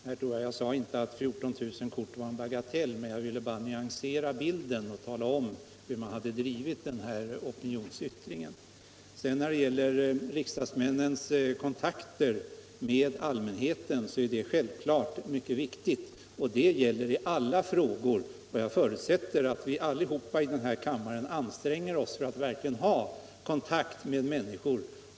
Herr talman! Jag sade inte att 14 000 kort var en bagatell. Jag ville bara nyansera bilden genom att tala om hur man drivit den här opinionsyttringen. Riksdagsmännens kontakter med allmänheten är självfallet viktiga i alla frågor. Jag förutsätter att vi allesammans i den här kammaren anstränger oss för att hålla kontakt med människor.